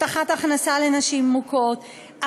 הבטחת הכנסה לנשים מוכות,